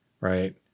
right